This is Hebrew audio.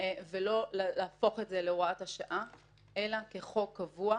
ולא להפוך את זה להוראת שעה אלא כחוק קבוע.